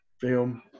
film